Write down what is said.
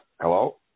hello